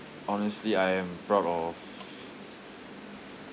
honestly I am proud of